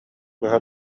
быһа